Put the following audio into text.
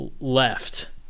left